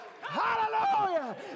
Hallelujah